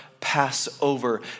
Passover